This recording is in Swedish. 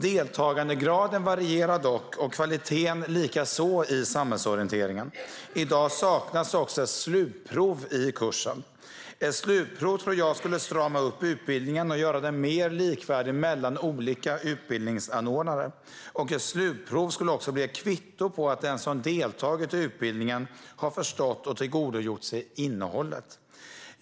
Deltagandegraden varierar dock och kvaliteten i samhällsorienteringen likaså. I dag saknas också slutprov i kursen. Jag tror att ett slutprov skulle strama upp utbildningen och göra den mer likvärdig mellan olika utbildningsanordnare. Ett slutprov skulle också bli ett kvitto på att den som deltagit i utbildningen har förstått och tillgodogjort sig innehållet.